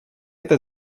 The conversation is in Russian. это